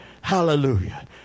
Hallelujah